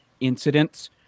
incidents